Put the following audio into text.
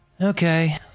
Okay